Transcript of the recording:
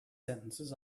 sentences